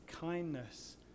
kindness